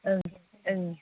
ओं ओं